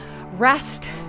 rest